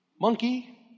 Monkey